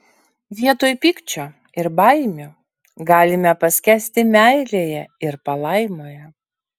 vietoj pykčio ir baimių galime paskęsti meilėje ir palaimoje